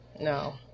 No